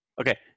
Okay